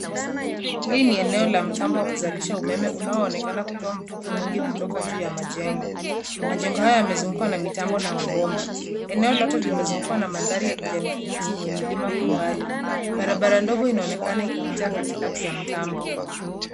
Hili ni eneo la mtambo wa kuzalisha umeme unaonekana kutoa mvuke mwingi kutoka juu ya majengo. Majengo haya yamezugukwa na mitambo na mabomba. Eneo lote limezegukwa na mandhari ya kijani kibichi yenye milima kwa mbali. Barabara ndogo inaonekana ikipita katikati ya mtambo.